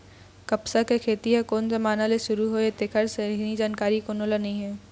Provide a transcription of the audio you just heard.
कपसा के खेती ह कोन जमाना ले सुरू होए हे तेखर सही जानकारी कोनो ल नइ हे